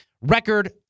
record